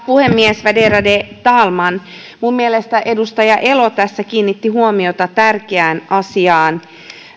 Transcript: puhemies värderade talman minun mielestäni edustaja elo tässä kiinnitti huomiota tärkeään asiaan